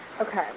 okay